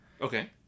Okay